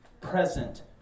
present